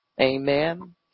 amen